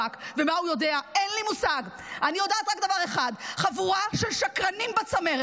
אני אומרת שנגיד ויש לזה ערך מודיעיני --- חברת הכנסת ניר.